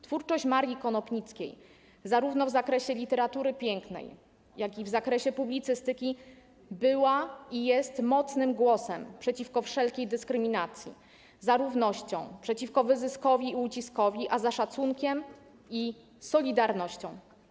Twórczość Marii Konopnickiej zarówno w zakresie literatury pięknej, jak i w zakresie publicystyki była i jest mocnym głosem przeciwko wszelkiej dyskryminacji, za równością, przeciwko wyzyskowi i uciskowi, a za szacunkiem i solidarnością.